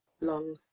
long